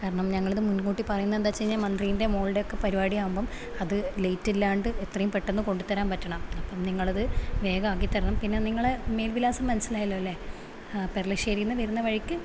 കാരണം ഞങ്ങളത് മുൻകൂട്ടി പറയുന്നട് എന്താന്നുവച്ചു കഴിഞ്ഞാൽ മന്ത്രിൻ്റെ മോൾടൊക്കെ പരിപാടി ആവുമ്പം അത് ലേറ്റ് ഇല്ലാണ്ട് എത്രയും പെട്ടെന്ന് കൊണ്ടുതരാൻ പറ്റണം അപ്പം നിങ്ങളത് വേഗമാക്കിതരണം പിന്നെ നിങ്ങള് മേൽ വിലാസം മനസിലായല്ലോ അല്ലേ പെർളശ്ശേരിയിൽ നിന്ന് വരുന്ന വഴിക്ക്